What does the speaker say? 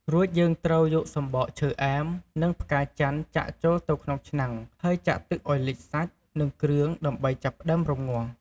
រួចយើងត្រូវយកសំបកឈើអែម និង ផ្កាចន្ទន៍ចាក់ចូលទៅក្នុងឆ្នាំង ហើយចាក់ទឹកឱ្យលិចសាច់ និងគ្រឿង ដើម្បីចាប់ផ្ដើមរំងាស់។